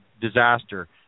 disaster